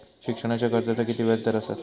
शिक्षणाच्या कर्जाचा किती व्याजदर असात?